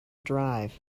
drive